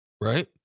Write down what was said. right